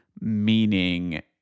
meaning